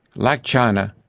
like china,